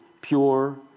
pure